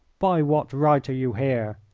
by what right are you here?